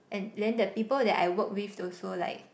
and then the people that I worked with also like